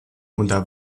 unter